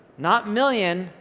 not million,